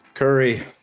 Curry